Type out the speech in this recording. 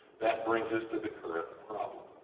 that brings us to the current problem.